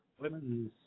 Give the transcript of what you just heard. women's